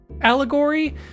allegory